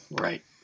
Right